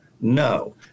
no